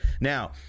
Now